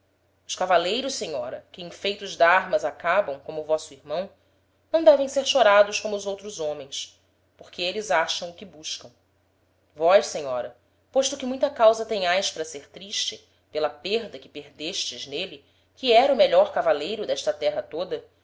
os cavaleiros senhora que em feitos d'armas acabam como vosso irmão não devem ser chorados como os outros homens porque êles acham o que buscam vós senhora posto que muita causa tenhaes para ser triste pela perda que perdestes n'ele que era o melhor cavaleiro d'esta terra toda